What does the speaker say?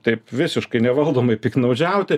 taip visiškai nevaldomai piktnaudžiauti